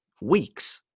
weeks